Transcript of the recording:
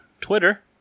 Twitter